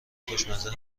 خوشمزه